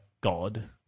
God